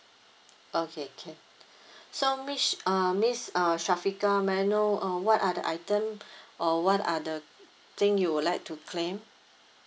okay can so miss uh miss uh syafiqah may I know uh what are the item or what are the thing you would like to claim